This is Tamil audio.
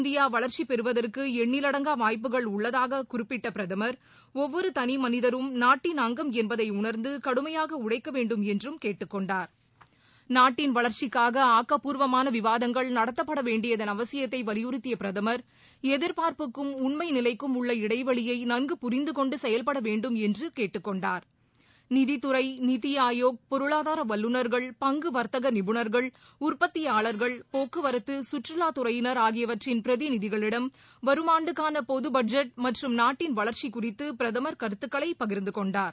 இந்தியாவளர்ச்சிபெறுவதற்குஎண்ணிலடங்காவாய்ப்புகள் உள்ளதாகவும் குறிப்பிட்டபிரதமர் ஒவ்வொருதனிமனிதரும் நாட்டின் அங்கம் என்பதைஉணர்ந்துகடுமையாகஉழைக்கவேண்டும் என்றும் அவர் கேட்டுக்கொண்டார் நாட்டின் வளர்ச்சிக்காகஆக்கப்பூர்வமானவிவாதங்கள் நடத்தப்படவேண்டயதன் அவசியத்தைவலியுறுத்தியபிரதமர் எதிர்பார்ப்புக்கும் உண்மநிலைக்கும் உள்ள இடைவெளியைநன்கு புரிந்துகொண்டுசெயல்படவேண்டும் என்றுபிரதமர் திருநரேந்திரமோடிகேட்டுக்கொண்டார் நிதித்துறை நித்திஆயோக் பொருளாதாரவல்லுநர்கள் பங்குவர்த்தகநிபுணர்கள் தொழில் போக்குவரத்து முனைவோர் சுற்றுலாதுறையினர் பிரதிநிதிகளிடம் வரும் ஆண்டுக்கானபொதுபட்ஜெட் மற்றும் நாட்டின் வளர்க்சிகுறித்துபிரதமர் கருத்துக்களைபகிர்ந்துகொண்டார்